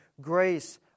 grace